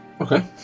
Okay